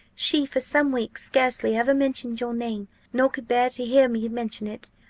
she for some weeks scarcely ever mentioned your name, nor could bear to hear me mention it.